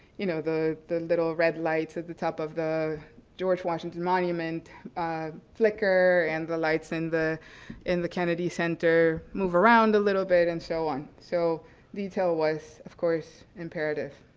you know, the the little red lights at the top of the george washington monument flicker and the lights in the in the kennedy center move around a little bit, and so on. so detail was, of course, imperative.